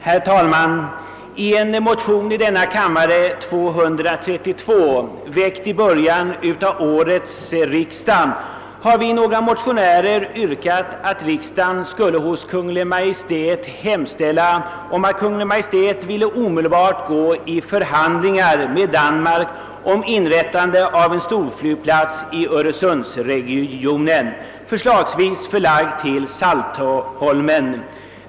Herr talman! I motionen nr 234 i denna kammare, väckt i början av årets riksdag, har några motionärer yrkat att riksdagen skulle hos Kungl. Maj:t hemställa att Kungl. Maj:t måtte omedelbart upptaga förhandlingar med Danmark om inrättande av en storflygplats i Öresundsregionen, förslagsvis förlagd till Saltholm.